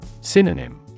Synonym